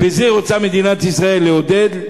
בזה רוצה מדינת ישראל לעודד,